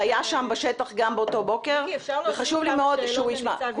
שהיה שם בשטח באותו בוקר וחשוב לי מאוד שהוא ישמע --- אפשר שאלות?